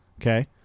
Okay